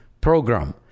program